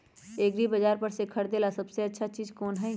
एग्रिबाजार पर से खरीदे ला सबसे अच्छा चीज कोन हई?